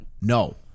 No